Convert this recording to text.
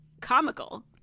comical